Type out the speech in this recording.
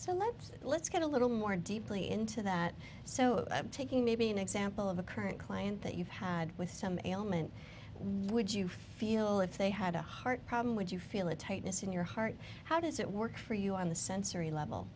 so let's let's get a little more deeply into that so what i'm taking may be an example of a current client that you've had with some ailment would you feel if they had a heart problem would you feel a tightness in your heart how does it work for you on the sensory level